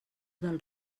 del